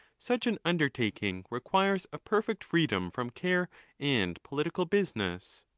such an undertaking requires a perfect freedom from care and political business.